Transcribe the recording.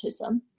autism